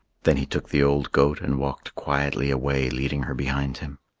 then he took the old goat and walked quietly away, leading her behind him.